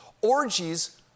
orgies